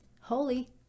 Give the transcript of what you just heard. Holy